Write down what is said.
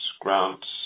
grants